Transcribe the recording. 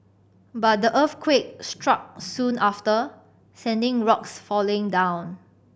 but the earthquake struck soon after sending rocks falling down